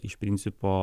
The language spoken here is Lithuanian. iš principo